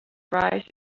prize